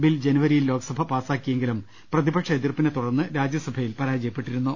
bill ജനുവരി യിൽ ലോക്സഭ പാസാക്കിയെങ്കിലും പ്രതിപക്ഷ എതിർപ്പിനെ തുടർന്ന് രാജ്യസഭ യിൽ പരാജയപ്പെട്ടിരുന്നു